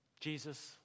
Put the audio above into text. Jesus